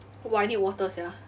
!wah! I need water sia